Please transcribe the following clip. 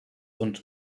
und